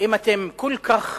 אם אתם כל כך